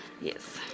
yes